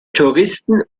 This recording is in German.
touristen